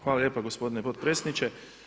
Hvala lijepo gospodine potpredsjedniče.